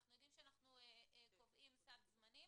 אנחנו יודעים שאנחנו קובעים סד זמנים